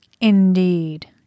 indeed